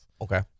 okay